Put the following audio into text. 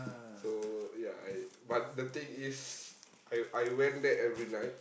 so ya I but the thing is I I went there every night